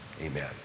Amen